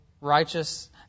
righteous